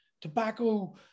tobacco